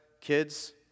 kids